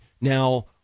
Now